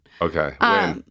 Okay